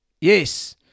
Yes